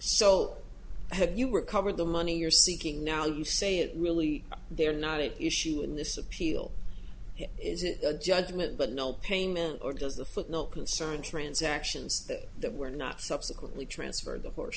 so have you recovered the money you're seeking now you say it really they're not an issue in this appeal is it the judgment but no payment or does the footnote concern transactions that were not subsequently transferred to horse